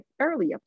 earlier